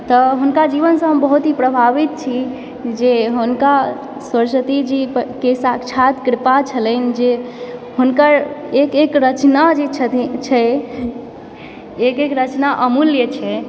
तऽ हुनका जीवनसँ हम बहुत ही प्रभावित छी जे हुनका सरस्वती जीकेँ साक्षात् कृपा छलनि जे हुनकर एक एक रचना जे छै एक एक रचना अमूल्य छै